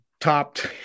topped